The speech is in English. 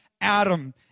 Adam